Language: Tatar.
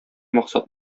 максат